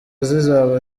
zizaba